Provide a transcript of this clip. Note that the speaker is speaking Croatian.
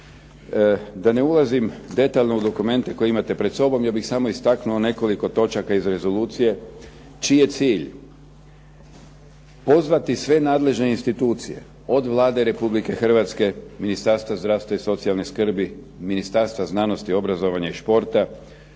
Da ne ulazim detaljno u dokumente koje imate pred sobom ja bih samo istaknuo nekoliko točaka iz Rezolucije čiji je cilj pozvati sve nadležne institucije od Vlade Republike Hrvatske, Ministarstva zdravstva i socijalne skrbi, Ministarstva znanosti, obrazovanja i športa,